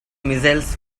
missiles